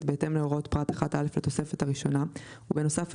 בהתאם להוראות פרט (1)(א) לתוספת הראשונה ובנוסף,